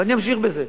ואני אמשיך בזה.